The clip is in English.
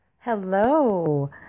Hello